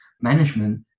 management